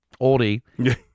oldie